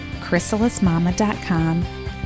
chrysalismama.com